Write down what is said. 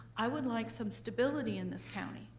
i would like some stability in this county.